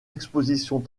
expositions